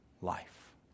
life